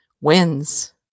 wins